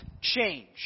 change